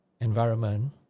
environment